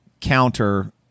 counter